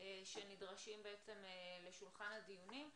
שנדרשים לשולחן הדיונים.